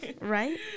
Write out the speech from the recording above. Right